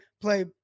play